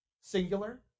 singular